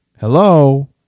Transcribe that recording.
hello